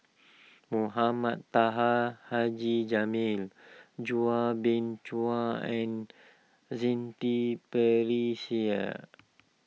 Mohama Taha Haji Jamil Chua Beng Chua and Shanti